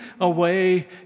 away